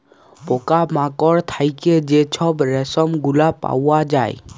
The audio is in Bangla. পকা মাকড় থ্যাইকে যে ছব রেশম গুলা পাউয়া যায়